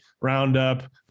Roundup